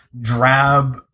drab